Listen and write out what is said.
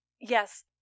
Yes